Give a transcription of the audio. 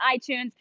iTunes